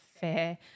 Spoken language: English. fair